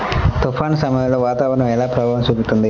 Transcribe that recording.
తుఫాను సమయాలలో వాతావరణం ఎలా ప్రభావం చూపుతుంది?